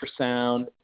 ultrasound